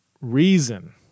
reason